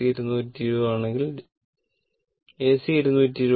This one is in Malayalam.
ഇത് ഡിസി 220 ആണെങ്കിൽ ഡിസി 220